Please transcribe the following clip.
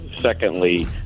Secondly